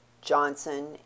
Johnson &